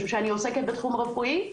משום שאני עוסקת בתחום רפואי.